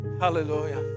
Hallelujah